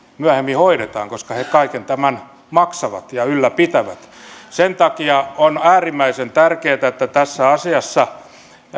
myöhemmin hoidetaan koska he kaiken tämän maksavat ja ylläpitävät sen takia on äärimmäisen tärkeätä että tässä asiassa